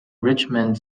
richmond